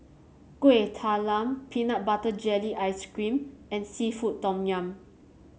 Kueh Talam Peanut Butter Jelly Ice cream and seafood Tom Yum